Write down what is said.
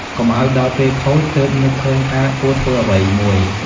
កុំឲ្យដល់ពេលខូច ទើបនឹកឃើញថាគួរធ្វើអ្វីមួយ។